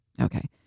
okay